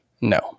No